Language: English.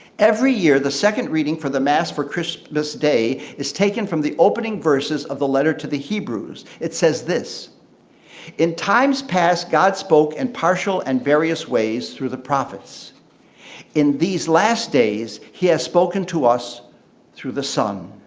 every year the second reading for the mass for christmas day is taken from the opening verses of the letter to the hebrews. it says this in times past god spoke in and partial and various ways through the prophets in these last days he has spoken to us through the son.